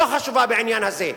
לא חשובה בעניין הזה.